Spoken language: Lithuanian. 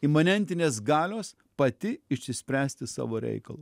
imanentinės galios pati išsispręsti savo reikalus